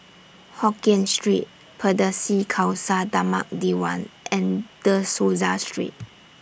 Hokien Street Pardesi Khalsa Dharmak Diwan and De Souza Street